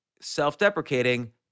self-deprecating